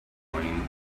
going